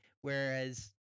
Whereas